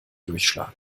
durchschlagen